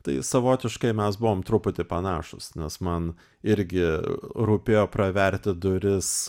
tai savotiškai mes buvom truputį panašūs nes man irgi rūpėjo praverti duris